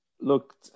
Look